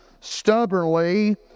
stubbornly